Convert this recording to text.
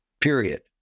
period